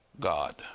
God